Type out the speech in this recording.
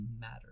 matter